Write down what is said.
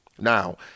Now